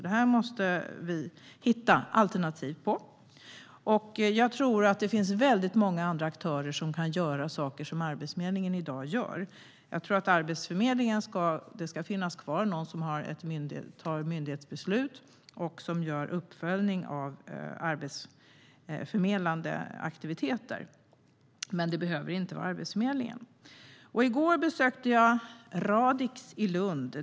Där måste vi hitta alternativ. Jag tror att det finns väldigt många andra aktörer som kan göra saker som Arbetsförmedlingen gör i dag. Det ska finnas kvar någon som tar myndighetsbeslut och som gör uppföljning av arbetsförmedlande aktiviteter. Men det behöver inte vara Arbetsförmedlingen. I går besökte jag Radic i Lund.